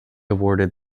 awarded